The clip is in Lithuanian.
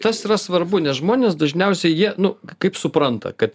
tas yra svarbu nes žmonės dažniausiai jie nu kaip supranta kad